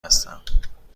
هستم